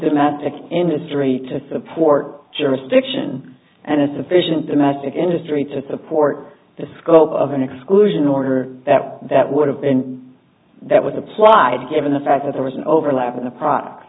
domestic industry to support jurisdiction and a sufficient domestic industry to support the scope of an exclusion order that that would have been that was applied given the fact that there was an overlap